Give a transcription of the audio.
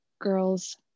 Girls